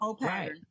Right